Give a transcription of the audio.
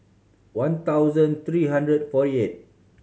one thousand three hundred and forty eighth